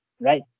right